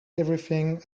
everything